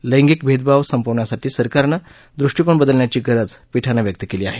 लैगिंक भेदभाव संपवण्यासाठी सरकारनं दृष्टीकोन बदलण्याची गरज पीठानं व्यक्त केली आहे